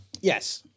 Yes